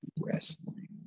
Wrestling